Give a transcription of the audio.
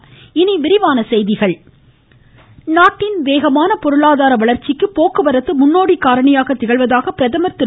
பிரதமர் நாட்டின் வேகமான பொருளாதார வளர்ச்சிக்கு போக்குவரத்து முன்னோடி காரணியாக திகழ்வதாக பிரதமர் திரு